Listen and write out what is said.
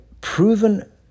proven